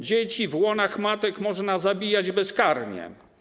Dzieci w łonach matek można zabijać bezkarnie.